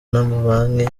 n’amabanki